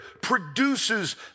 produces